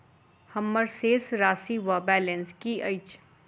हम्मर शेष राशि वा बैलेंस की अछि?